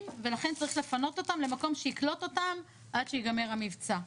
ולכן צריך לפנות אותם למקום שיקלוט אותם עד שייגמר המבצע.